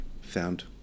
found